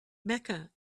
mecca